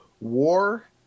war